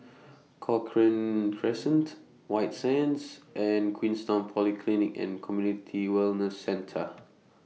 Cochrane Crescent White Sands and Queenstown Polyclinic and Community Wellness Centre